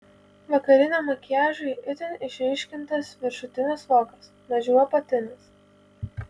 vakariniam makiažui itin išryškintas viršutinis vokas mažiau apatinis